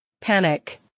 panic